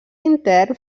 intern